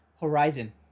Horizon